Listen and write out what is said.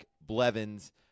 Blevins